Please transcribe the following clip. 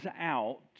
out